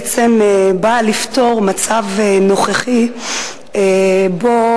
באה לפתור את המצב הקיים כיום